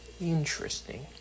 interesting